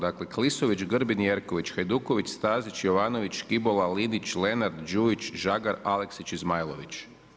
Dakle, Klisović, Grbin, Jerković, Hajduković, Stazić, Jovanović, Škibola, Linić, Lenart, Đujić, Žagar, Aleksić i Zmajlović.